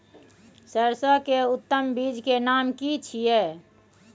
सरसो के उत्तम बीज के नाम की छै?